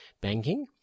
banking